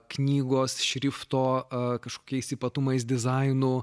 knygos šrifto kažkokiais ypatumais dizainu